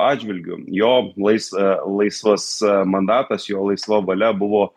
atžvilgiu jo lais laisvas mandatas jo laisva valia buvo